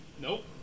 Nope